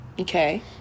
Okay